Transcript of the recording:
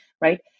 right